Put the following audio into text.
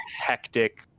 hectic